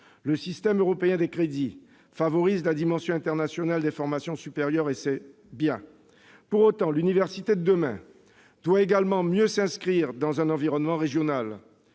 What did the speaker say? Le système européen des crédits favorise la dimension internationale des formations supérieures, et c'est bien. Pour autant, l'université de demain doit également mieux s'inscrire dans son environnement régional.